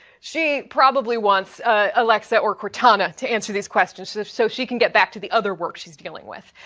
she probably wants alexa or cortana to answer these questions sort of so she can get back to the other work she's dealing with.